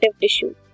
tissue